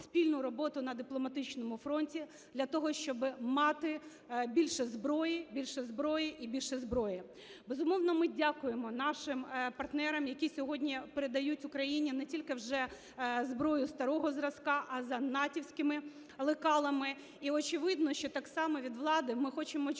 спільну роботу на дипломатичному фронті для того, щоб мати більше зброї, більше зброї і більше зброї. Безумовно, ми дякуємо нашим партнерам, які сьогодні передають Україні не тільки вже зброю старого зразка, а за натівськими лекалами. І, очевидно, що так само від влади ми хочемо чути